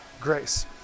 grace